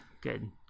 Good